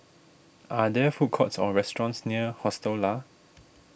are there food courts or restaurants near Hostel Lah